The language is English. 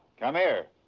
come here.